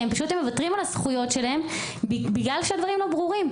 כי פשוט הם מוותרים על הזכויות שלהם בגלל שהדברים לא ברורים.